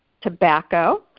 tobacco